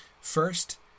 First